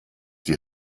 die